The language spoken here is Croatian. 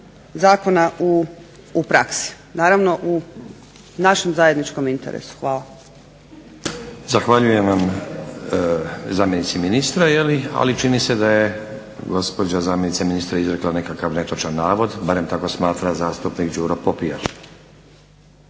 zakona u praksi, naravno u našem zajedničkom interesu. Hvala. **Stazić, Nenad (SDP)** Zahvaljujem zamjenici ministra. Ali čini se da je gospođa zamjenica ministra izrekla nekakav netočan navod, barem tako smatra zastupnik Đuro Popijač.